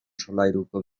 solairuko